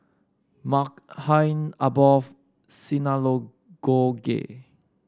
Maghain Aboth Synagogue